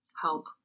help